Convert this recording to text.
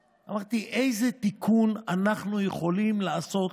אמרתי: איזה תיקון אנחנו יכולים לעשות